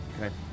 Okay